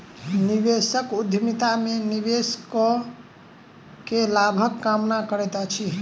निवेशक उद्यमिता में निवेश कअ के लाभक कामना करैत अछि